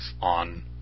on